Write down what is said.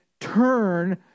Turn